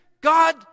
God